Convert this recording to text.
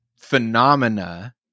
phenomena –